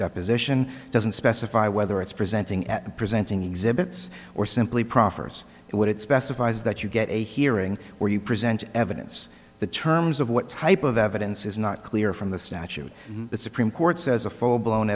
deposition doesn't specify whether it's presenting at presenting exhibits or simply proffers what it specifies that you get a hearing where you present evidence the terms of what type of evidence is not clear from the statute the supreme court says a full blown